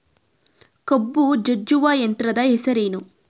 ಕಬ್ಬು ಜಜ್ಜುವ ಯಂತ್ರದ ಹೆಸರೇನು?